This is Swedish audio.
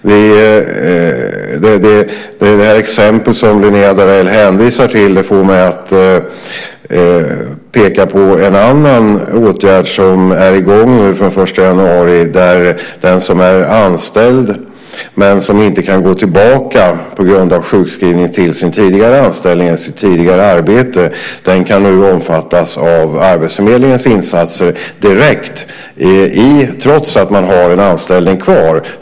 Det exempel som Linnéa Darell hänvisar till får mig att peka på en annan åtgärd som är i gång från den 1 januari där den som är anställd men som inte kan gå tillbaka till sin tidigare anställning eller sitt tidigare arbete på grund av sjukskrivning nu kan omfattas av arbetsförmedlingens insatser direkt trots att man har en anställning kvar.